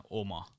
oma